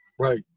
Right